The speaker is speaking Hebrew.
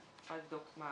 אני יכולה לבדוק מה